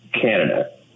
Canada